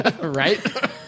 Right